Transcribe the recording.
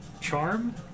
charm